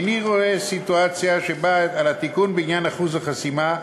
איני רואה סיטואציה שבה אוותר על התיקון בעניין אחוז החסימה,